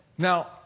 Now